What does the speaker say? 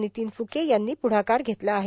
नितीन फुके यांनी पुढाकार घेतला आहे